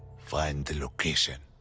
find the location.